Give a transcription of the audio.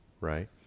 right